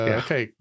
okay